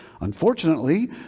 unfortunately